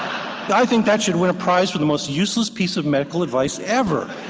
i think that should win a prize for the most useless piece of medical advice ever.